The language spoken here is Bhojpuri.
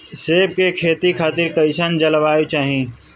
सेब के खेती खातिर कइसन जलवायु चाही?